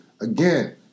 Again